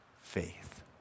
faith